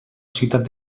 ciutat